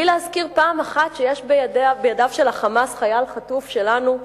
בלי להזכיר פעם אחת שיש בידיו של ה"חמאס" חייל חטוף שלנו,